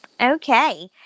Okay